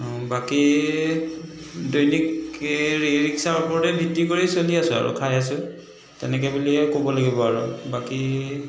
বাকী দৈনিক ই ৰিক্সাৰ ওপৰতে ভিত্তি কৰি চলি আছো আৰু খাই আছো তেনেকৈ বুলিয়ে ক'ব লাগিব আৰু বাকী